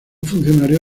funcionario